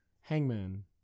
Hangman